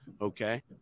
okay